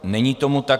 Není tomu tak.